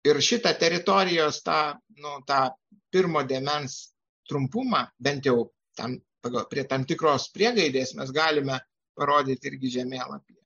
ir šitą teritorijos tą nu tą pirmo dėmens trumpumą bent jau ten pagal prie tam tikros priegaidės mes galime parodyti irgi žemėlapyje